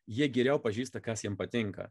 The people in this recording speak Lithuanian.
jie geriau pažįsta kas jiems patinka